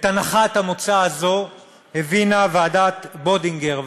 את הנחת המוצא הזאת הבינה ועדת בודינגר,